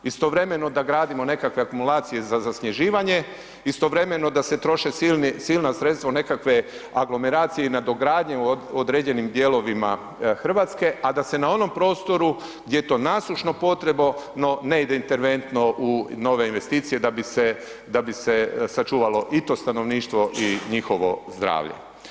Istovremeno da gradimo nekakve akumulacije za zasnježivanje, istovremeno da se troše silna sredstva u nekakve aglomeracije i nadogradnje u određenim dijelovima Hrvatske a da se na onom prostoru gdje je to nasušno potrebno ne ide interventno u nove investicije da bi se sačuvalo i to stanovništvo i njihovo zdravlje.